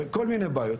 כל מיני בעיות.